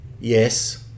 Yes